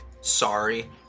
sorry